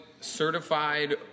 certified